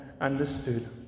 understood